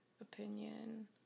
opinion